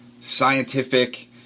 scientific